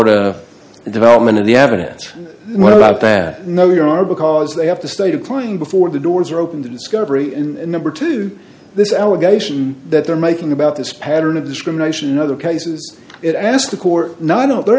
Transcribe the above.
to the development of the evidence what about that no you are because they have the state of trying before the doors are open to discovery and number two this allegation that they're making about this pattern of discrimination in other cases it ask the court not they're